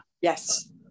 Yes